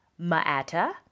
ma'ata